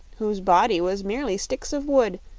whose body was merely sticks of wood,